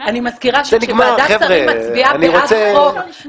אני מזכירה שכאשר ועדת שרים מצביעה בעד חוק,